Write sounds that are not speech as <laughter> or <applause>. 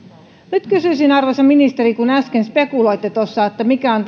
nyt kysyisin arvoisa ministeri kun äsken spekuloitte tuossa mikä on <unintelligible>